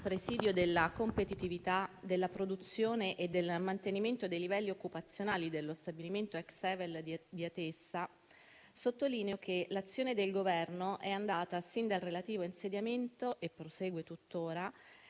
presidio della competitività, della produzione e del mantenimento dei livelli occupazionali dello stabilimento ex Sevel di Atessa, sottolineo che l'azione del Governo sin dal relativo insediamento è andata, e prosegue tuttora,